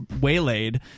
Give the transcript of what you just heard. waylaid